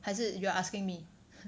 还是 you're asking me